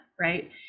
right